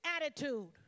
attitude